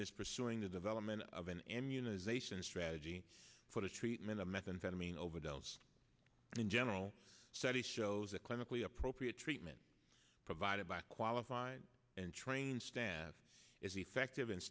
is pursuing the development of an immunization strategy for the treatment of methamphetamine overdose and in general study shows that clinically appropriate treatment provided by qualified and trained staff is effective